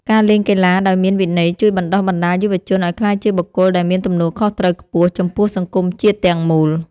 ការលេងកីឡាដោយមានវិន័យជួយបណ្តុះបណ្តាលយុវជនឱ្យក្លាយជាបុគ្គលដែលមានទំនួលខុសត្រូវខ្ពស់ចំពោះសង្គមជាតិទាំងមូល។